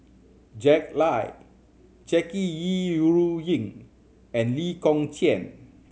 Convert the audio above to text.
Jack Lai Jackie Yi Ru Ying and Lee Kong Chian